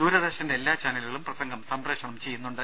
ദൂരദർശന്റെ എല്ലാ ചാനലുകളും പ്രസംഗം സംപ്രേക്ഷണം ചെയ്യുന്നുണ്ട്